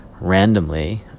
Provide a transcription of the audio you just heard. randomly